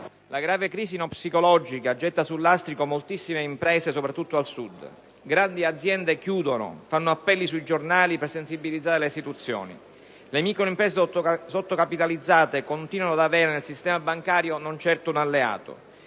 la grave crisi (non psicologica) getta sul lastrico moltissime imprese, soprattutto al Sud. Grandi aziende chiudono, fanno appelli sui giornali per sensibilizzare le istituzioni. Le microimprese, sottocapitalizzate, continuano ad avere nel sistema bancario non certo un alleato.